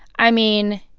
i mean,